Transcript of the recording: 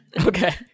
Okay